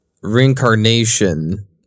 reincarnation